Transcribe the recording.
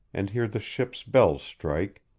and hear the ship's bells strike.